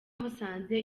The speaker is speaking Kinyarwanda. musanze